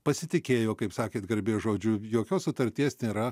pasitikėjo kaip sakėt garbės žodžiu jokios sutarties nėra